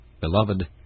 Beloved